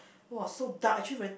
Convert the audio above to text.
!wah! so dark actually very